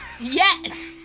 Yes